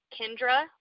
Kendra